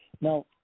Now